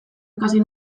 ikasi